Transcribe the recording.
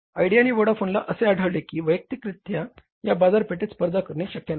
idea आणि व्होडाफोनला असे आढळले की वैयक्तिकरित्या या बाजारपेठेत स्पर्धा करणे शक्य नाही